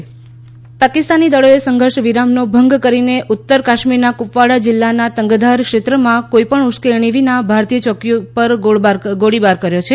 પાકિસ્તાન ગોળીબાર પાકિસ્તાની દળોએ સંઘર્ષ વિરામનો ભંગ કરીને ઉત્તર કાશ્મીરના ક્રપવાડા જિલ્લાના તંગધર ક્ષેત્રમાં કોઈપણ ઉશ્કેરણી વિના ભારતીય ચોકીઓ પર ગોળીબાર કર્યો છે